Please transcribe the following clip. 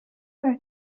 are